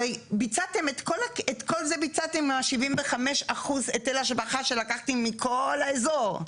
הרי ביצעתם את כל זה ביצעתם מה-75% היטל השבחה שלקחתם מכל האזור.